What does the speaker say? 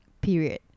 period